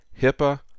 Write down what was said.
HIPAA